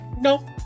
No